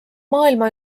maailma